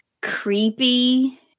creepy